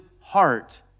heart